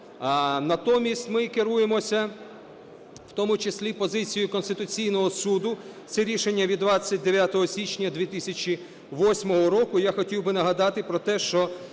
Натомість ми керуємося в тому числі і позицією Конституційного Суду, це рішення від 29 січня 2008 року.